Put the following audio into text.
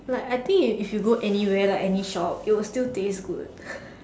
like I think if you go anywhere like any shop it will still taste good